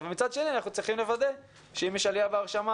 אבל מצד שני אנחנו צריכים לוודא שאם יש עלייה בהרשמה